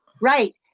Right